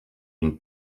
une